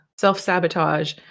self-sabotage